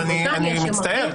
אני מצטער,